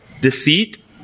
deceit